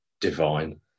divine